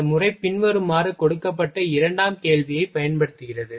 இந்த முறை பின்வருமாறு கொடுக்கப்பட்ட இரண்டாம் கேள்வியைப் பயன்படுத்துகிறது